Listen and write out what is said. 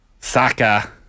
Saka